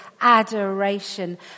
adoration